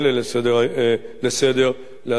להסיר מסדר-יומה של הכנסת.